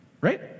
Right